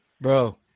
bro